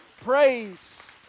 praise